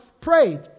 prayed